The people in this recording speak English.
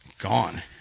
Gone